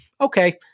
okay